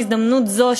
בהזדמנות זו,